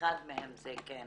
אחד מהם זה כן,